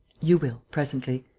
you will, presently.